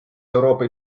euroopa